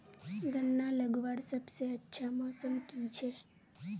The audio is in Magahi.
गन्ना लगवार सबसे अच्छा मौसम की छे?